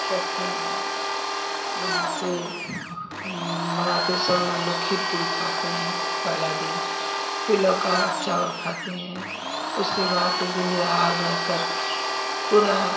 छठ में बनाते मनाते समय हम लोग खीर पूड़ी खाते हैं पहला दिन फिर लौकी चावल खाते हैं उसके बाद एक दिन निराहार रह कर पूरा